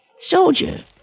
Soldier